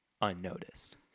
unnoticed